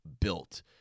built